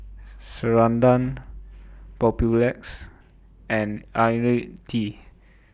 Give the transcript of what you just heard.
Ceradan Papulex and Ionil T